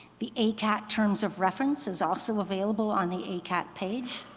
the acat terms of reference is also available on the acat page,